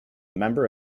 member